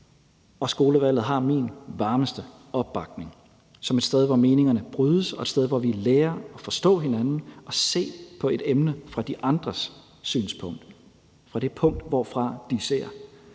og skolevalget har min varmeste opbakning som et sted, hvor meningerne brydes, og et sted, hvor vi lærer at forstå hinanden og se på et emne fra de andres synspunkt – fra det punkt, hvorfra de ser.